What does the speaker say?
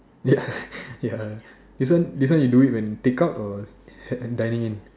ya ya this one you do it when take out or dining in